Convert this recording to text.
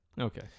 Okay